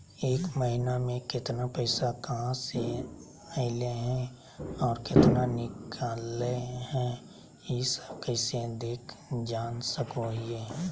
एक महीना में केतना पैसा कहा से अयले है और केतना निकले हैं, ई सब कैसे देख जान सको हियय?